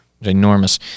enormous